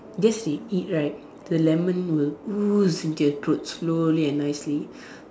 that's we eat right the lemon will ooze into your throat slowly and nicely